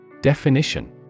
Definition